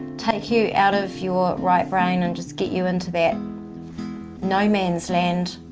take you out of your right brain and just get you into that no man's land